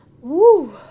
Woo